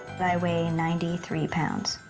i weigh ninety three pounds.